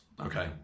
okay